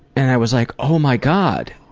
and i was like, oh my god.